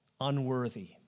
unworthy